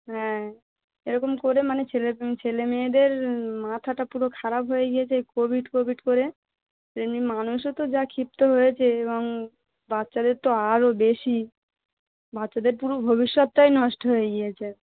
হ্যাঁ এরকম করে মানে ছেলে ছেলে মেয়েদের মাথাটা পুরো খারাপ হয়ে গিয়েছে কোভিড কোভিড করে এমনি মানুষও তো যা ক্ষিপ্ত হয়েছে এবং বাচ্চাদের তো আরো বেশি বাচ্চাদের পুরো ভবিষ্যতটাই নষ্ট হয়ে গিয়েছে